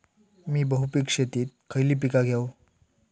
मी बहुपिक शेतीत खयली पीका घेव?